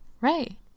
Right